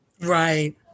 Right